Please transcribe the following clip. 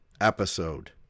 episode